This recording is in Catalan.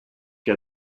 que